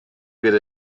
good